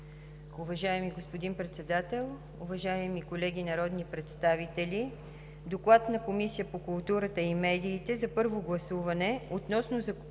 Уважаема госпожо Председател, уважаеми колеги народни представители! „ДОКЛАД на Комисията по културата и медиите за първо гласуване относно Законопроект